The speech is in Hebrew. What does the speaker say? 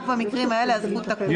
רק במקרים האלה הזכות תקום.